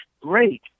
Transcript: great